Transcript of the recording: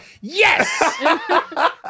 Yes